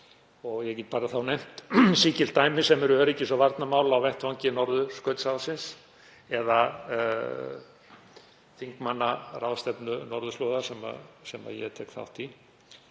Ég get bara nefnt sígilt dæmi sem eru öryggis- og varnarmál á vettvangi Norðurskautsráðsins eða þingmannaráðstefnu norðurslóða sem ég tek þátt í.